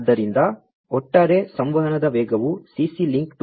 ಆದ್ದರಿಂದ ಒಟ್ಟಾರೆ ಸಂವಹನದ ವೇಗವು CC ಲಿಂಕ್ 2